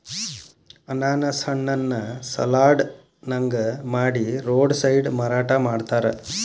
ಅನಾನಸ್ ಹಣ್ಣನ್ನ ಸಲಾಡ್ ನಂಗ ಮಾಡಿ ರೋಡ್ ಸೈಡ್ ಮಾರಾಟ ಮಾಡ್ತಾರ